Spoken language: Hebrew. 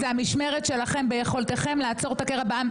זו המשמרת שלכם וביכולתכם לעצור את הקרע בעם.